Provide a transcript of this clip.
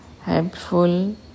helpful